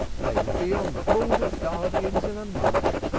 they would be on the board of guardians in a month.